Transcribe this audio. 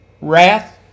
Wrath